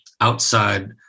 outside